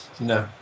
No